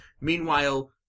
Meanwhile